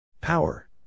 Power